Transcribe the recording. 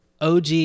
OG